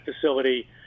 facility